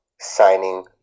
signing